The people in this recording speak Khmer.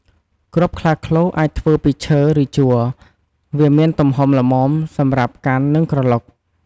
គ្រាប់ខ្លាឃ្លោកអាចធ្វើពី ឈើ ឬជ័រ វាមានទំហំល្មមសម្រាប់កាន់ និងក្រឡុក។